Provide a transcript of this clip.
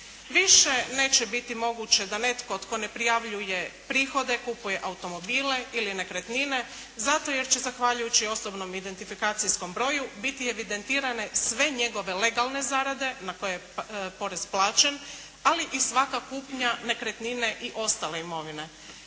Više neće biti moguće da netko tko ne prijavljuje prihode, kupuje automobile ili nekretnine zato jer će zahvaljujući osobnom identifikacijskom broju biti evidentirane sve njegove legalne zarade na koje je porez plaćen, ali i svaka kupnja nekretnine i ostale imovine.